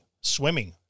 swimming